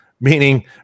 meaning